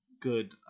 good